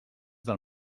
del